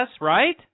right